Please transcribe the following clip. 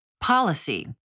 Policy